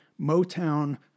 Motown